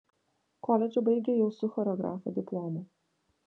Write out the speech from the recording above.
koledžą baigė jau su choreografo diplomu